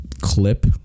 clip